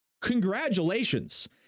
Congratulations